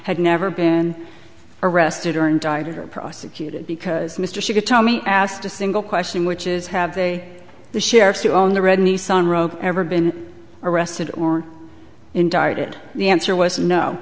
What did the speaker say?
had never been arrested or indicted or prosecuted because mr should have told me asked a single question which is have they the sheriff who owned the red nissan robe ever been arrested or indicted the answer was no